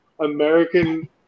American